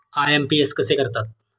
IMPS कसे करतात?